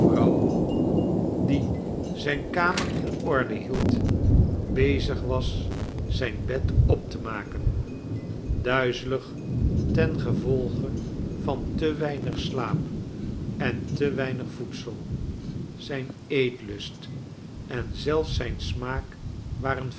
die zijn kamer in orde hield bezig was zijn bed op te maken duizelig tengevolge van te weinig slaap en te weinig voedsel zijn eetlust en zelfs zijn smaak waren